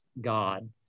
God